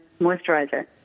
moisturizer